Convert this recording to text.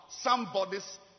somebody's